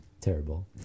terrible